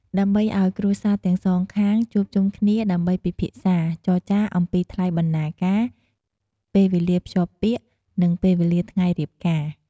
ដើម្បីឲ្យគ្រួសារទាំងសងខាងជួបជុំគ្នាដើម្បីពិភាក្សា ចរចាអំពីថ្លៃបណ្ណាការ ពេលវេលាភ្ជាប់ពាក្យ និងពេលវេលាថ្ងៃរៀបការ ។